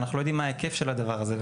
אנחנו לא יודעים מה ההיקף של הדבר הזה.